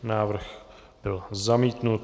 Návrh byl zamítnut.